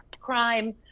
crime